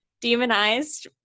demonized